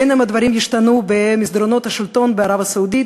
בין שהדברים ישתנו במסדרונות השלטון בערב-הסעודית,